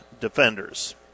Defenders